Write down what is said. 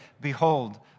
behold